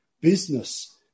business